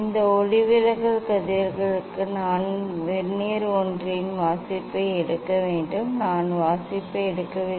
இந்த ஒளிவிலகல் கதிர்களுக்கு நான் வெர்னியர் ஒன்றின் வாசிப்பை எடுக்க வேண்டும் நான் வாசிப்பை எடுக்கவில்லை